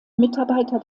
mitarbeiter